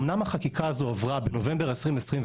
אומנם החקיקה הזו עברה בנובמבר 2021,